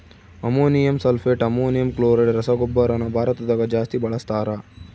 ammonium sulphate, ammonium chloride ರಸಗೊಬ್ಬರನ ಭಾರತದಗ ಜಾಸ್ತಿ ಬಳಸ್ತಾರ